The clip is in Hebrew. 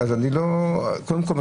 קודם כל,